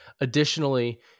Additionally